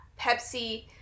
Pepsi